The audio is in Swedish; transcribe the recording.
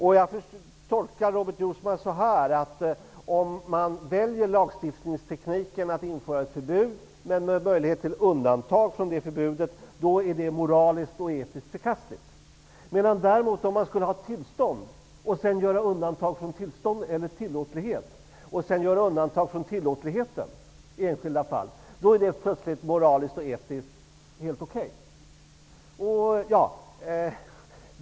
Jag tolkar Robert Jousma så här: Om man väljer lagstiftningstekniken att införa ett förbud men med möjlighet till undantag från det förbudet, då är det moraliskt och etiskt förkastligt. Om man däremot skulle ha tillåtlighet och sedan göra undantag från tillåtligheten i enskilda fall, är det plötsligt moraliskt och etiskt helt okej.